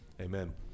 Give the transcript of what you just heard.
amen